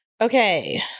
Okay